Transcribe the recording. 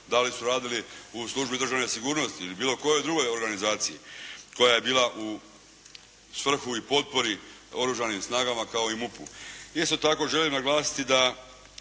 da li su radili u službi državne sigurnosti ili bilo kojoj drugoj organizaciji koja je bila u svrhu i potpori oružanim snagama kao i MUP-u. Isto tako, želim naglasiti da